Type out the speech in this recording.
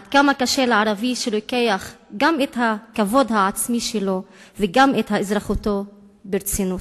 עד כמה קשה לערבי שלוקח גם את הכבוד העצמי שלו וגם את אזרחותו ברצינות.